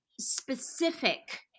specific